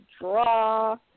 draw